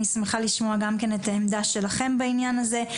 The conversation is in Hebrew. אני שמחה לשמוע גם כן את העמדה שלכם בעניין הזה.